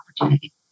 opportunity